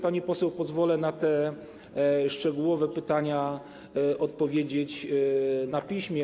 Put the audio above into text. Pani poseł, pozwolę sobie na te szczegółowe pytania odpowiedzieć na piśmie.